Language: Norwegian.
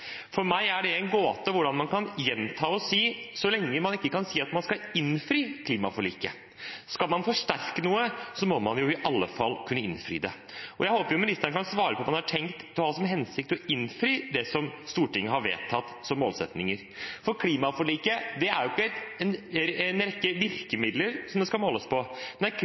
For meg er det en gåte hvordan man kan gjenta å si det, så lenge man ikke kan si at man skal innfri klimaforliket. Skal man forsterke noe, må man i alle fall kunne innfri det. Jeg håper ministeren kan svare på om han har til hensikt å innfri det som Stortinget har vedtatt som målsettinger. Klimaforliket er jo ikke en rekke virkemidler som det skal måles på. Nei,